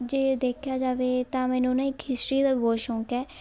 ਜੇ ਦੇਖਿਆ ਜਾਵੇ ਤਾਂ ਮੈਨੂੰ ਨਾ ਇੱਕ ਹਿਸਟਰੀ ਦਾ ਬਹੁਤ ਸ਼ੌਕ ਹੈ